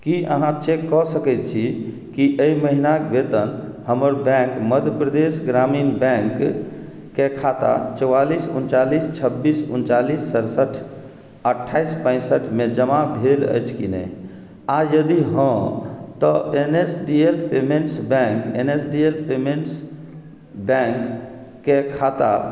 की अहाँ चेक कऽ सकैत छी कि एहि महिनाके वेतन हमर बैंक मध्य प्रदेश ग्रामीण बैंक के खाता चौआलिस उनचालिस छब्बीस उनचालिस सतसठि अठाइस पैंसठि मे जमा भेल अछि की नहि आ यदि हँ तऽ N S D L payments bank खाता